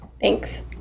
Thanks